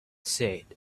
said